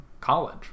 college